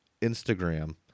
Instagram